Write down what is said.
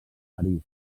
parís